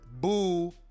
boo